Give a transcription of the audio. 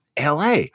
LA